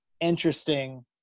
interesting